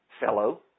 fellow